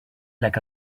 like